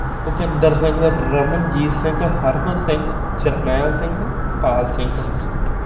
Bhupinder Singh Ramanjit Singh Harman Singh Jarnail Singh Pal Singh